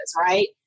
right